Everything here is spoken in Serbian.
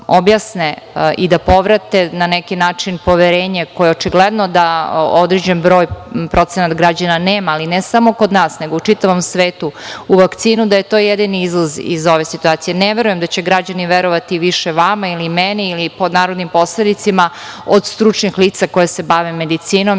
i da povrate na neki način poverenje koje očigledno da određen broj, procenat građana nema, ali ne samo kod nas nego u čitavom svetu, u vakcinu da je to jedini izlaz iz ove situacije. Ne verujem da će građani verovati više vama ili meni, ili narodnim poslanicima od stručnih lica koja se bave medicinom.